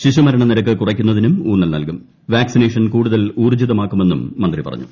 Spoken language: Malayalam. ശിശുമരണ നിരക്ക് കുറയ്ക്കുന്നതിനും ഉൌന്നൽ നൽകും വാക്സിനേഷൻ കൂടുതൽ ഊർജ്ജിതമാക്കുമെന്നും മന്ത്രി പറഞ്ഞു